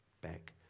back